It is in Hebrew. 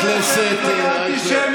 אין שונא יותר גדול מישראל אייכלר.